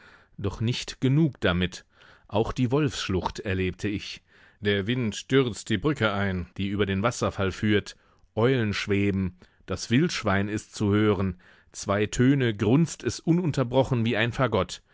doch nicht genug damit auch die wolfsschlucht erlebte ich der wind stürzt die brücke ein die über den wasserfall führt eulen schweben das wildschwein ist zu hören zwei töne grunzt es ununterbrochen wie ein fagott